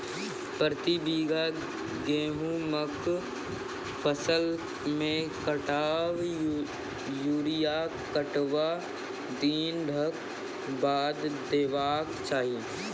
प्रति बीघा गेहूँमक फसल मे कतबा यूरिया कतवा दिनऽक बाद देवाक चाही?